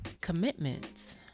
Commitments